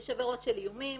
יש עבירות של איומים,